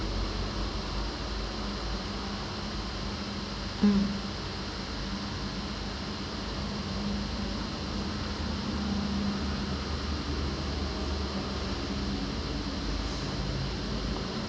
mm